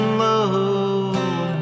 love